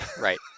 Right